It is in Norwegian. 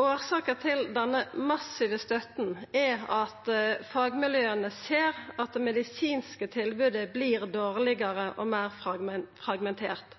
Årsaka til denne massive støtta er at fagmiljøa ser at det medisinske tilbodet vert dårlegare og meir fragmentert,